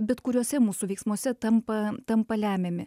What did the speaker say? bet kuriuose mūsų veiksmuose tampa tampa lemiami